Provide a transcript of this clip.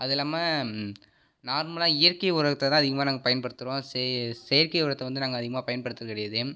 அது இல்லாமல் நார்மலாக இயற்கை உரத்தை தான் அதிகமாக நாங்கள் பயன்படுத்துகிறோம் செயற்கை உரத்தை வந்து நாங்கள் அதிகமாக பயன்படுத்துவது கிடையாது